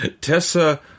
Tessa